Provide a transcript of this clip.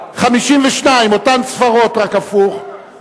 ההצעה להסיר מסדר-היום את הצעת חוק הרשות